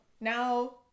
Now